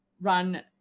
run